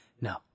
No